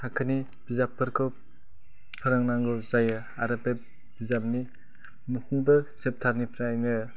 थाखोनि बिजाबफोरखौ फोरोंनांगौ जायो आरो बे बिजाबनि मोनफ्रोमबो सेप्टारनिफ्रायनो